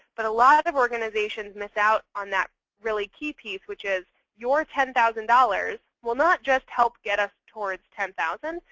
but a lot of of organizations miss out on that really key piece, which is your ten thousand dollars will not just help get us towards ten thousand